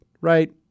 right